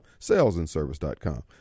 salesandservice.com